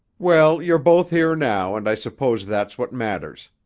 well, you're both here now and i suppose that's what matters.